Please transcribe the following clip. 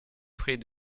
prix